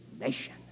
nation